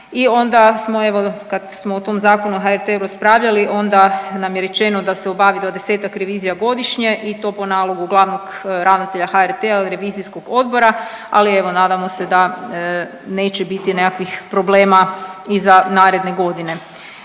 I onda smo evo kad smo o tom Zakonu o HRT-u raspravljali onda nam je rečeno da se obavi 20-ak revizija godišnje i to po nalogu glavnog ravnatelja HRT-a ili revizijskog odbora, ali evo nadamo se da neće biti nekakvih problema i za naredne godine.